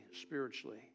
spiritually